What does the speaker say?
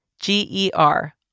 G-E-R